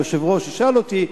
כשהיושב-ראש ישאל אותי,